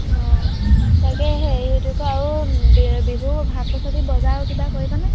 অঁ তাকে হেৰি এইটো কি কয় আৰু বিহু শাক পাচলি বজাৰ কিবা কৰিবনে